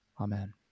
Amen